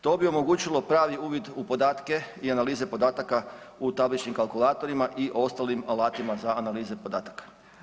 To bi omogućilo pravi uvid u podatke i analize podataka u tabličnim kalkulatorima i ostalim alatima za analize podataka.